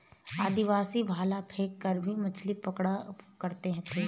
आदिवासी भाला फैंक कर भी मछली पकड़ा करते थे